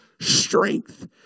strength